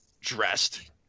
dressed